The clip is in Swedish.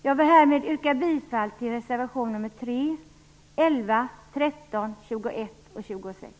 Jag vill härmed yrka bifall till reservationerna nr 3, 11, 13, 21 och 26.